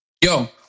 Yo